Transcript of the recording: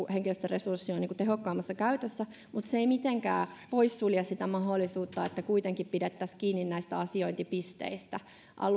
henkilöstöresurssi on tehokkaammassa käytössä mutta se ei mitenkään poissulje sitä mahdollisuutta että kuitenkin pidettäisiin kiinni asiointipisteistä